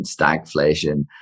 stagflation